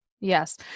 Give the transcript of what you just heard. Yes